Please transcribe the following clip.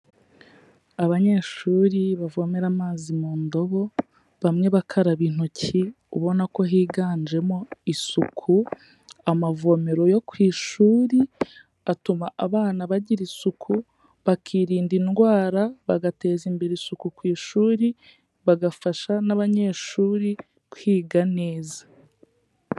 Abanyeshuri bavomera amazi mu ndobo, bamwe bakaraba intoki, ubona ko higanjemo isuku, amavomero yo ku ishuri atuma abana bagira isuku, bakirinda indwara, bagateza imbere isuku ku ishuri, bagafasha n'abanyeshuri kwiga neza.